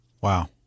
Wow